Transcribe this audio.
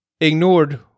ignored